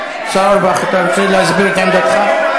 השר אורבך, אתה רוצה להסביר את עמדתך?